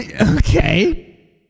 Okay